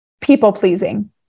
people-pleasing